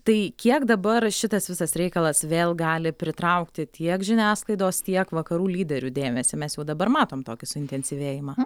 tai kiek dabar šitas visas reikalas vėl gali pritraukti tiek žiniasklaidos tiek vakarų lyderių dėmesį mes jau dabar matom tokį suintensyvėjimą